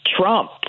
Trump